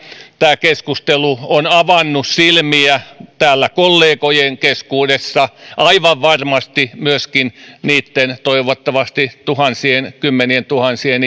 tämä keskustelu on avannut silmiä täällä kollegojen keskuudessa aivan varmasti myöskin niitten toivottavasti tuhansien kymmenientuhansien